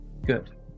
Good